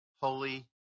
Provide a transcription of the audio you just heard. holy